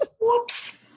Whoops